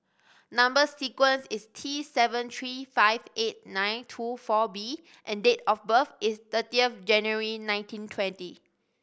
number sequence is T seven three five eight nine two four B and date of birth is thirty of January nineteen twenty